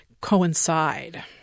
coincide